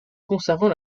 conservent